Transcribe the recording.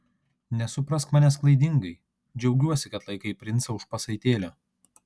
nesuprask manęs klaidingai džiaugiuosi kad laikai princą už pasaitėlio